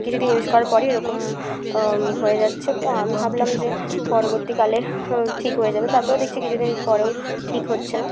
কিছু দিন ইউস করার পরই ওরকম হয়ে যাচ্ছে তো আমি ভাবলাম যে পরবর্তীকালে ঠিক হয়ে যাবে তারপরে দেখছি কিছু দিন পরেও ঠিক হচ্ছে না